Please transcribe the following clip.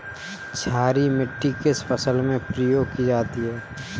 क्षारीय मिट्टी किस फसल में प्रयोग की जाती है?